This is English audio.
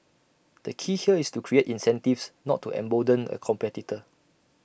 the key here is to create incentives not to embolden A competitor